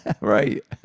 Right